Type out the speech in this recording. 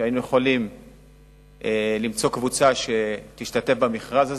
שהיינו יכולים למצוא קבוצה שתשתתף במכרז הזה,